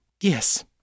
Yes